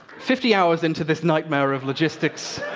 fifty hours into this nightmare of logistics,